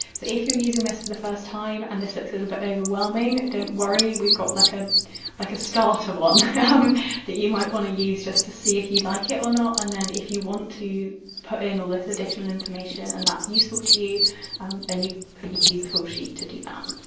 so if you're using this for the first time and this looks a little bit overwhelming don't worry, we've got like a like a starter one um that you might want to use just to see if you like it or not and then if you want to put in all this additional information and that's useful to you then you could use a full sheet to do that.